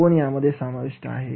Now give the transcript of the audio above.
कोण यामध्ये समाविष्ट आहे